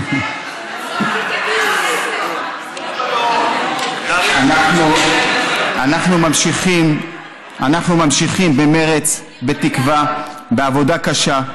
אנחנו ממשיכים במרץ, בתקווה, בעבודה קשה,